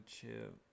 chip